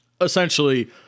essentially